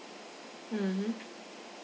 mmhmm